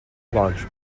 launch